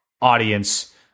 audience